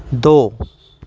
دو